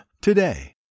today